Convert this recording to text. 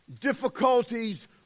difficulties